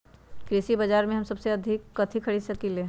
कृषि बाजर में हम सबसे अच्छा कथि खरीद सकींले?